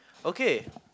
okay